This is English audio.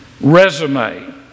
resume